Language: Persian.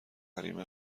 حریم